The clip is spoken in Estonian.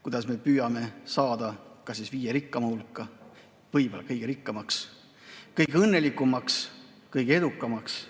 kuidas me püüame saada viie rikkama [riigi] hulka, võib-olla kõige rikkamaks, kõige õnnelikumaks, kõige edukamaks.